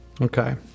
Okay